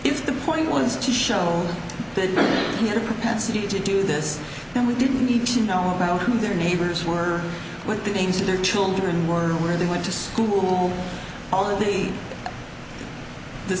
if the point was to show that he had a propensity to do this and we didn't need to know about who their neighbors were what the names of their children were where they went to school all of the